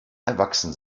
erwachsen